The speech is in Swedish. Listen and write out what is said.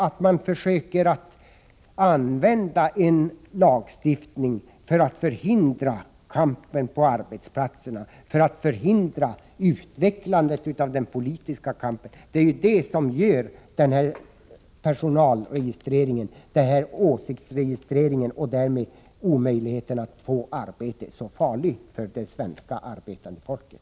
Att man genom lagstiftning försöker förhindra kampen på arbetsplatserna och utvecklandet av den politiska kampen är det som gör personaloch åsiktsregistreringen, som kan innebära omöjligheten att få arbete, så farlig för det svenska arbetande folket.